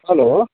hello